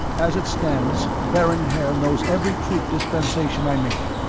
as it stands, baron haer knows every troop dispensation i make.